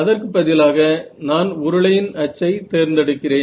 அதற்குப் பதிலாக நான் உருளையின் அச்சை தேர்ந்தெடுக்கிறேன்